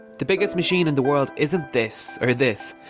the biggest machine in the world isn't this, or this,